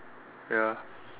ya